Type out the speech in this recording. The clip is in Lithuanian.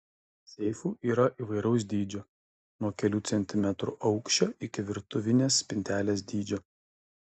seifų yra įvairaus dydžio nuo kelių centimetrų aukščio iki virtuvinės spintelės dydžio